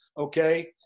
okay